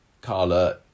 Carla